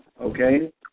okay